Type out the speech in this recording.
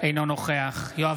אינו נוכח יואב